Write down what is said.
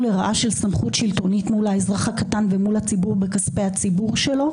לרעה של סמכות שלטונית מול האזרח הקטן ומול הציבור בכספי הציבור שלו,